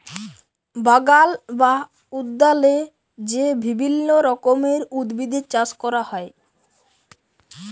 বাগাল বা উদ্যালে যে বিভিল্য রকমের উদ্ভিদের চাস ক্যরা হ্যয়